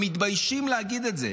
הם מתביישים להגיד את זה.